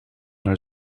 haar